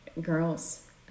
girls